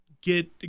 get